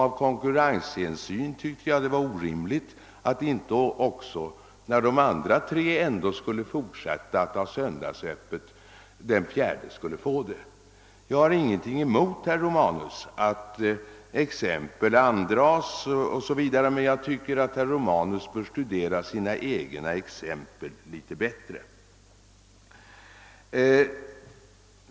Av konkurrenshänsyn tyckte jag att det var orimligt att inte, när de andra tre ändå skulle fortsätta att ha söndags öppet, också den fjärde skulle få det. Jag har ingenting emot, herr Romanus, att exempel andras, men jag tycker att herr Romanus bör studera sina egna exempel litet bättre.